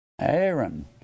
Aaron